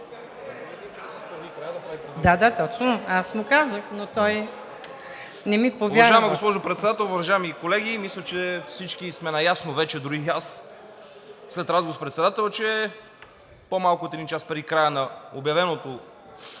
Да, да, точно. Аз му казах, но той не ми повярва!